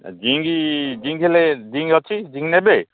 zinc zinc ହେଲେ zinc ଅଛି zinc ନେବେ